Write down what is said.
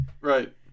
Right